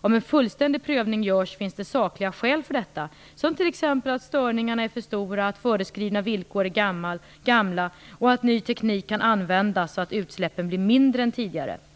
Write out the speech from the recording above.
Om en fullständig prövning görs finns det sakliga skäl för detta, t.ex. att störningarna är för stora, att föreskrivna villkor är gamla och att ny teknik kan användas så att utsläppen blir mindre än tidigare.